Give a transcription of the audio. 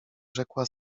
rzekła